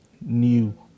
new